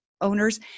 owners